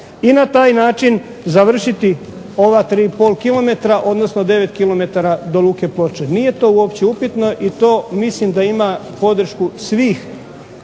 i na taj način završiti ova 3,5 km, odnosno 9 km do Luke Ploče. Nije to uopće upitno i to mislim da ima podršku svih